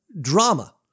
drama